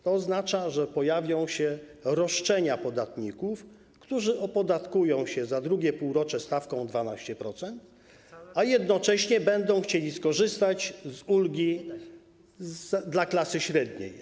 To oznacza, że pojawią się roszczenia podatników, którzy opodatkują się za II półrocze stawką 12%, a jednocześnie będą chcieli skorzystać z ulgi dla klasy średniej.